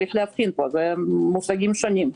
זה מושגים שונים.